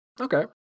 Okay